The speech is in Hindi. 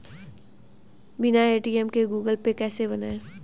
बिना ए.टी.एम के गूगल पे कैसे बनायें?